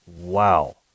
Wow